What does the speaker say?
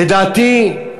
לדעתי,